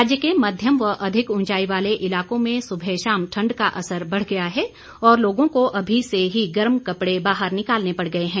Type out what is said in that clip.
राज्य के मध्यम व अधिक ऊंचाई वाले इलाकों में सुबह शाम ठंड का असर बढ़ गया है और लोगों को अभी से ही गर्म कपड़े बाहर निकालने पड़ गए हैं